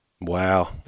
Wow